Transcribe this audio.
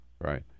Right